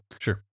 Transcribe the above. Sure